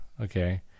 Okay